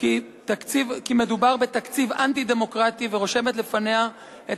כי מדובר בתקציב אנטי-דמוקרטי ורושמת לפניה את